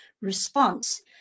response